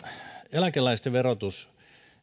eläkeläisten verotus